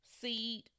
seed